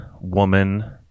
woman